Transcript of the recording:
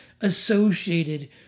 associated